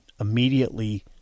immediately